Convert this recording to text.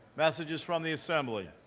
messages from the assembly.